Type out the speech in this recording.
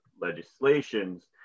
legislations